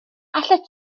allet